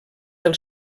del